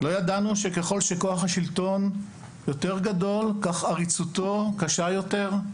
לא ידענו שככל שכוח השלטון גדול יותר כך עריצותו קשה יותר,